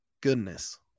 goodness